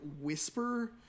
whisper